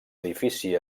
edifici